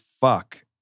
fuck